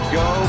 go